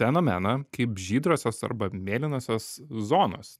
fenomeną kaip žydrosios arba mėlynosios zonos